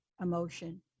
emotion